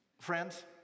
Friends